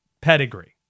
pedigree